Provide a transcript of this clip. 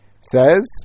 says